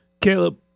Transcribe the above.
Caleb